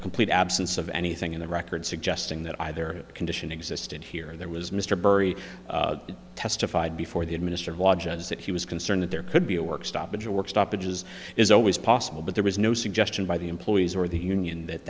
complete absence of anything in the record suggesting that either condition existed here or there was mr burris testified before the administered lodges that he was concerned that there could be a work stoppage or work stoppages is always possible but there was no suggestion by the employees or the union that